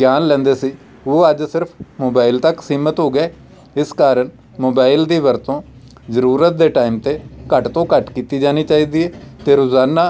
ਗਿਆਨ ਲੈਂਦੇ ਸੀ ਉਹ ਅੱਜ ਸਿਰਫ਼ ਮੋਬਾਇਲ ਤੱਕ ਸੀਮਤ ਹੋ ਗਏ ਇਸ ਕਾਰਨ ਮੋਬਾਈਲ ਦੀ ਵਰਤੋਂ ਜ਼ਰੂਰਤ ਦੇ ਟਾਈਮ 'ਤੇ ਘੱਟ ਤੋਂ ਘੱਟ ਕੀਤੀ ਜਾਣੀ ਚਾਹੀਦੀ ਹੈ ਅਤੇ ਰੋਜ਼ਾਨਾ